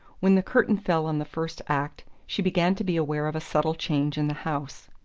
when the curtain fell on the first act she began to be aware of a subtle change in the house.